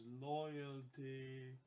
loyalty